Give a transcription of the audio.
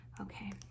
Okay